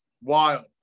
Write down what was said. wild